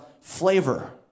flavor